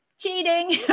Cheating